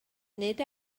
nid